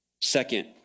second